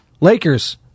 Lakers